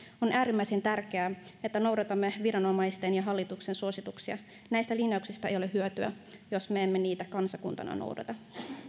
on äärimmäisen tärkeää että noudatamme viranomaisten ja hallituksen suosituksia näistä linjauksista ei ole hyötyä jos me emme niitä kansakuntana noudata